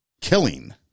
killing